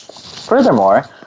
Furthermore